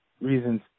reasons